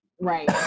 right